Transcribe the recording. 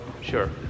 Sure